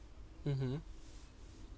mmhmm